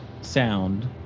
sound